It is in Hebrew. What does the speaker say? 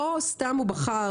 לא סתם הוא בחר,